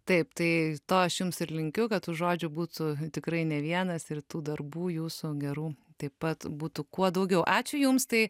taip tai to aš jums ir linkiu kad tų žodžių būtų tikrai ne vienas ir tų darbų jūsų gerų taip pat būtų kuo daugiau ačiū jums tai